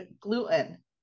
gluten